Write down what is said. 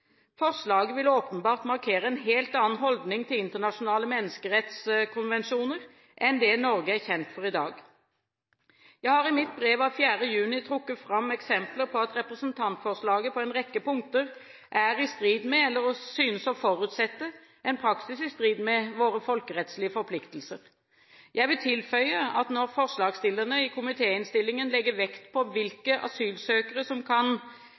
Forslaget ville åpenbart markere en helt annen holdning til internasjonale menneskerettskonvensjoner enn det Norge er kjent for i dag. Jeg har i mitt brev av 4. juni trukket fram eksempler på at representantforslaget på en rekke punkter er i strid med – eller synes å forutsette en praksis i strid med – våre folkerettslige forpliktelser. Jeg vil tilføye at når forslagsstillerne i komitéinnstillingen legger vekt på hvilke asylsøkere som kan